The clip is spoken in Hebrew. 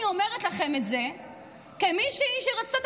אני אומרת לכם את זה כמישהי שרצתה לעשות